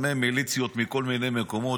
הם מיליציות מכל מיני מקומות.